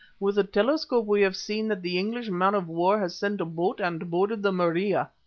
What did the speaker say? with the telescope we have seen that the english man-of-war has sent a boat and boarded the maria.